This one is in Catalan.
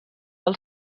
del